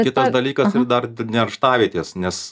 kitas dalykas ir dar nerštavietės nes